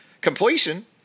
completion